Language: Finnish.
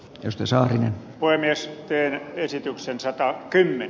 jos jossain vaiheessa tehdä esityksensä saa kyllä